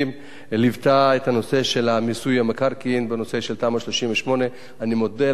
ליוותה את נושא מיסוי מקרקעין בנושא של תמ"א 38. אני מודה לך על כך,